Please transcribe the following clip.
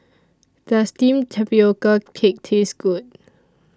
Does Steamed Tapioca Cake Taste Good